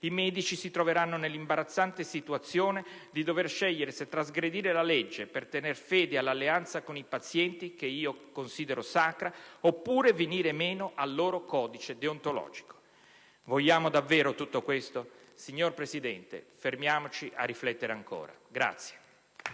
i medici si troveranno nell'imbarazzante situazione di dover scegliere se trasgredire la legge per tenere fede all'alleanza con i pazienti, che io considero sacra, oppure a venire meno al loro codice deontologico. Vogliamo davvero tutto questo? Signor Presidente, fermiamoci a riflettere ancora.